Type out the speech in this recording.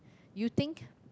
you think